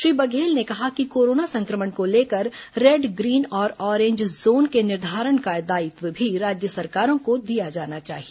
श्री बघेल ने कहा कि कोरोना संक्रमण को लेकर रेड ग्रीन और ऑरेंज जोन के निर्धारण का दायित्व भी राज्य सरकारों को दिया जाना चाहिए